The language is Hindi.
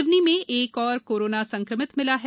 सिवनी में एक और कोरोना संक्रमित मिला है